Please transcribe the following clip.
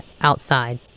outside